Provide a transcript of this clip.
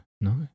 no